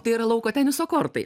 tai yra lauko teniso kortai